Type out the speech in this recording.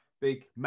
Big